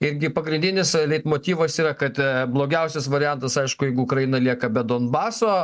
irgi pagrindinis leitmotyvas yra kad blogiausias variantas aišku jeigu ukraina lieka be donbaso